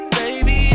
baby